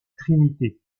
trinité